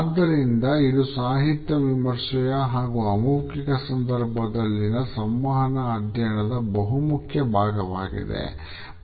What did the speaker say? ಆದ್ದರಿಂದ ಇದು ಸಾಹಿತ್ಯ ವಿಮರ್ಶೆಯ ಹಾಗೂ ಅಮೌಖಿಕ ಸಂದರ್ಭದಲ್ಲಿನ ಸಂವಹನ ಅಧ್ಯಯನದ ಬಹುಮುಖ್ಯ ಭಾಗವಾಗಿದೆ